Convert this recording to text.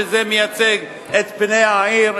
שזה מייצג את פני העיר,